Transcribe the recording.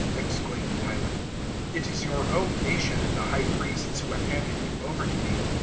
exclaimed pilate it is your own nation and the high priests who have handed you over to me.